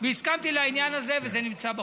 הסכמתי לעניין הזה וזה נמצא בחוק.